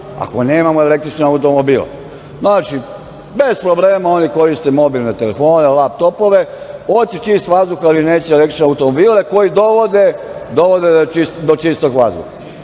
ako nemamo električne automobile. Znači, bez problema oni koriste mobilne telefone, laptopove, hoće čist vazduh, ali neće električne automobile koji dovode do čistog